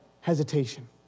hesitation